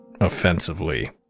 offensively